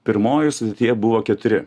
pirmojoje sudėtyje buvo keturi